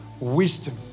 Wisdom